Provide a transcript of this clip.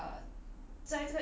then err